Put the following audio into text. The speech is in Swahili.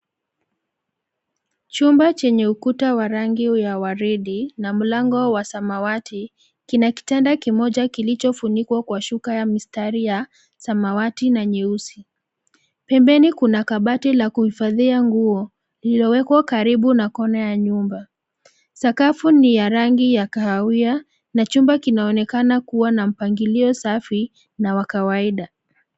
Chumba chenye ukuta wa rangi ya waridi na mlango wa samawati kina kitanda kimoja kilicho funikwa na shuka ya mistari ya samawati na nyeusi. Pembeni kuna kabati la kuifadhia nguo lililo wekwa karibu na kona ya nyumba. Sakafu ni ya rangi ya kahawia, na chumba kinaonekana kuwa na mpangilio safi na kawaida.